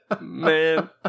Man